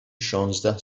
شانزده